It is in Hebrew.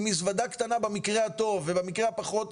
וגם כן לעשות הכנה לגל שיהיה בפנינו,